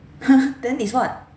!huh! then is what